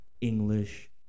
English